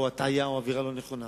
או הטעיה, או אווירה לא נכונה.